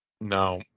No